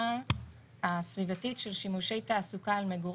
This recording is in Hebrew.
לא מפר